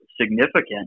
significant